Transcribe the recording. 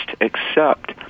accept